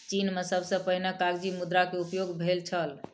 चीन में सबसे पहिने कागज़ी मुद्रा के उपयोग भेल छल